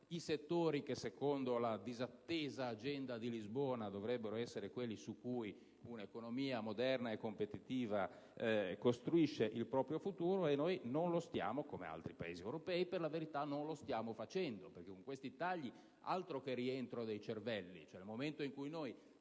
i settori che secondo la disattesa Agenda di Lisbona dovrebbero essere quelli su cui un'economia moderna e competitiva costruisce il proprio futuro. E non lo stiamo facendo, come altri Paesi europei per la verità. Con questi tagli, altro che rientro dei cervelli! Nel momento in cui